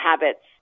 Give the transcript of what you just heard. habits